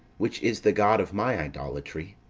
which is the god of my idolatry,